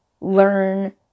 learn